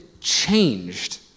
changed